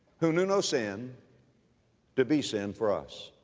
who knew no sin to be sin for us.